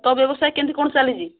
ତୋ ବ୍ୟବସାୟ କେମିତି କ'ଣ ଚାଲିଛି